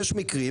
יש מקרים,